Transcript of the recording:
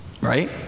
Right